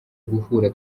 guhura